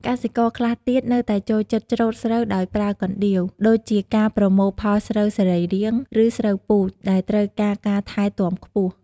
កសិករខ្លះទៀតនៅតែចូលចិត្តច្រូតស្រូវដោយប្រើណ្ដៀវ ដូចជាការប្រមូលផលស្រូវសរីរាង្គ ឬស្រូវពូជ ដែលត្រូវការការថែទាំខ្ពស់។